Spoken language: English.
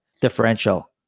differential